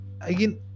again